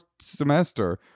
semester